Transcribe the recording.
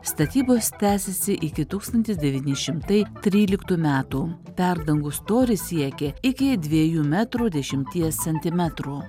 statybos tęsėsi iki tūkstantis devyni šimtai tryliktų metų perdangų storis siekė iki dviejų metrų dešimties centimetrų